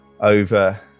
over